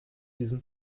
diesem